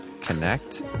Connect